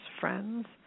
friends